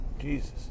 Jesus